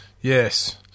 Yes